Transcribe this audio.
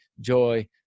Joy